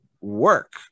work